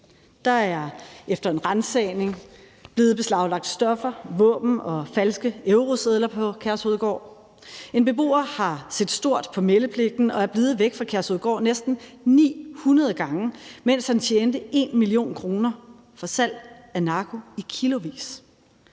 Der er efter en ransagning blevet beslaglagt stoffer, våben og falske eurosedler på Kærshovedgård; en beboer har set stort på meldepligten og er blevet væk fra Kærshovedgård næsten 900 gange, imens han tjente 1 mio. kr. for salg af narko i kilovis;